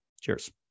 Cheers